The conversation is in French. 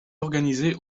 organisé